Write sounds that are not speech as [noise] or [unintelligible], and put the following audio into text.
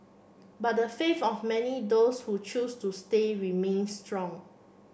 but the [unintelligible] of many those who chose to say remains strong